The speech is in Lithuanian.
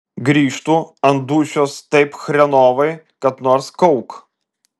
grįžtu ant dūšios taip chrenovai kad nors kauk